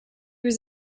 was